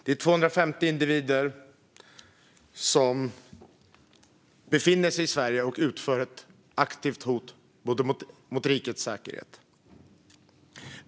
Det är 250 individer som befinner sig i Sverige och utgör ett aktivt hot mot rikets säkerhet.